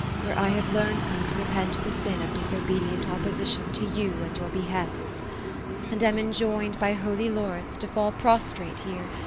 where i have learn'd me to repent the sin of disobedient opposition to you and your behests and am enjoin'd by holy lawrence to fall prostrate here,